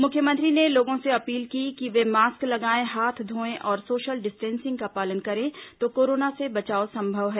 मुख्यमंत्री ने लोगों से अपील की कि वे मास्क लगाएं हाथ धोयें और सोशल डिस्टेंसिंग का पालन करें तो कोरोना से बचाव संभव है